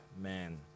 man